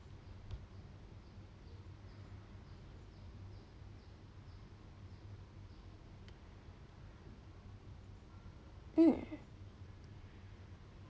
mm